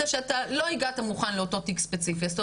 שאתה לא הגעת מוכן לאותו תיק ספציפי,